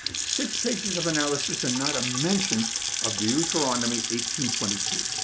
six pages of analysis and not a mention of deuteronomy eighteen twenty two.